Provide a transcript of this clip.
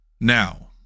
Now